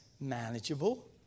manageable